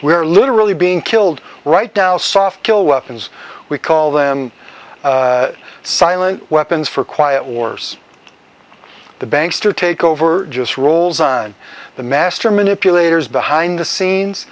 are literally being killed right down soft kill weapons we call them silent weapons for quiet wars the banks to take over just rolls on the master manipulators behind the scenes